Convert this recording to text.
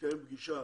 תתקיים פגישה